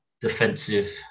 defensive